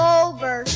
over